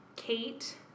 Kate